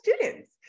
students